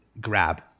grab